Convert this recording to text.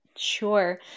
Sure